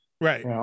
Right